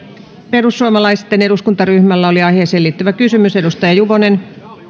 perussuomalaisten eduskuntaryhmällä oli aiheeseen liittyvä kysymys edustaja juvonen